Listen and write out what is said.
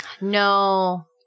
No